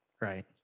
right